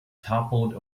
toppled